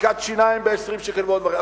בדיקת שיניים ב-20 שקל ועוד דברים.